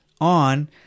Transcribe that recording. on